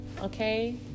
okay